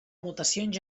mutacions